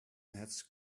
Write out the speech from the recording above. hats